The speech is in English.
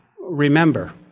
remember